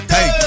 Hey